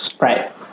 right